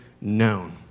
known